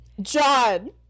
John